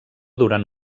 durant